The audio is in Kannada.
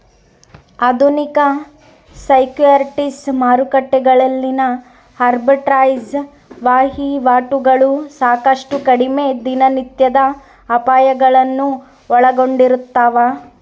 ಆಧುನಿಕ ಸೆಕ್ಯುರಿಟೀಸ್ ಮಾರುಕಟ್ಟೆಗಳಲ್ಲಿನ ಆರ್ಬಿಟ್ರೇಜ್ ವಹಿವಾಟುಗಳು ಸಾಕಷ್ಟು ಕಡಿಮೆ ದಿನನಿತ್ಯದ ಅಪಾಯಗಳನ್ನು ಒಳಗೊಂಡಿರ್ತವ